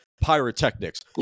pyrotechnics